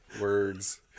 Words